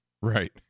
right